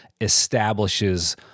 establishes